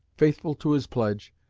faithful to his pledge,